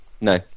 No